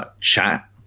chat